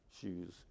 shoes